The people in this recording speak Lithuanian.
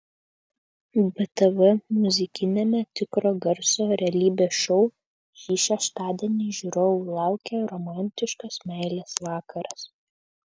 btv muzikiniame tikro garso realybės šou šį šeštadienį žiūrovų laukia romantiškas meilės vakaras